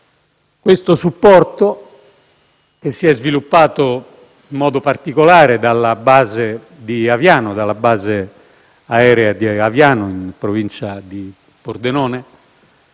Questo supporto, che si è sviluppato in modo particolare dalla base aerea di Aviano, in provincia di Pordenone,